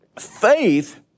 faith